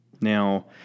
Now